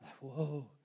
Whoa